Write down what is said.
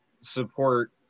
support